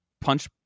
punch